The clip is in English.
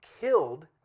killed